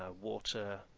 water